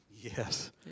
Yes